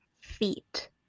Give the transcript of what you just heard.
feet